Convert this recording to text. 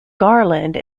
garland